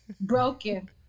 broken